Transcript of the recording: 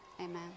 amen